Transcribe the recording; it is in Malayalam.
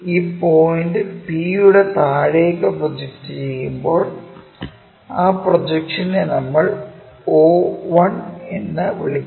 ഈ പോയിന്റ് P യുടെ താഴേക്ക് പ്രോജക്ട് ചെയ്യുമ്പോൾ ആ പ്രൊജക്ഷനെ നമ്മൾ o1 എന്ന് വിളിക്കുന്നു